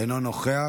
אינו נוכח.